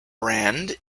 brand